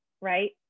right